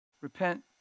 Repent